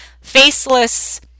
faceless